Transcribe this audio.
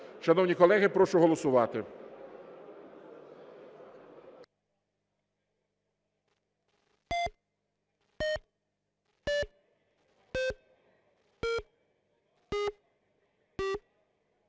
Шановні колеги, прошу голосувати.